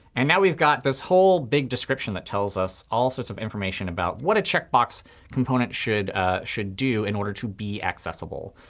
and now we've got this whole big description that tells us all sorts of information about what a checkbox component should ah should do in order to be accessible.